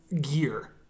gear